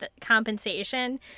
compensation